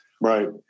Right